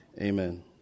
Amen